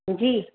जी